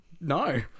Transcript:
No